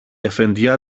αφεντιά